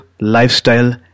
Lifestyle